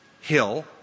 hill